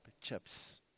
chips